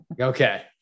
Okay